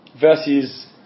versus